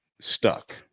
stuck